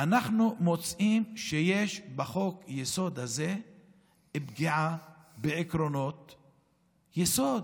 אנחנו מוצאים שיש בחוק-היסוד הזה פגיעה בעקרונות יסוד,